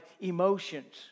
emotions